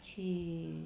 去